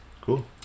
Cool